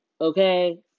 Okay